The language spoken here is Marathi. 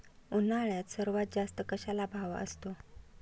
उन्हाळ्यात सर्वात जास्त कशाला भाव असतो?